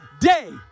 day